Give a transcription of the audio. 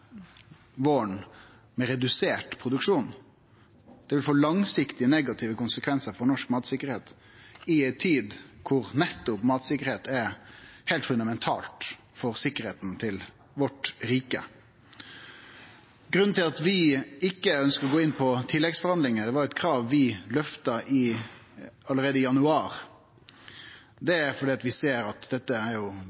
våren med redusert produksjon. Det vil få langsiktige negative konsekvensar for norsk matsikkerheit i ei tid der nettopp matsikkerheit er heilt fundamental for sikkerheita til riket vårt. Grunnen til at vi ikkje ønskjer å gå inn på tilleggsforhandlingar – det var eit krav vi løfta allereie i januar